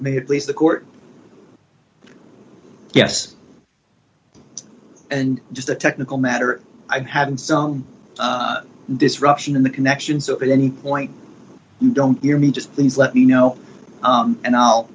may it please the court yes and just a technical matter i've had some disruption in the connection so at any point you don't hear me just please let me know and i'll